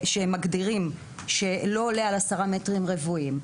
שמגדירים שלא עולה על עשרה מטרים רבועים,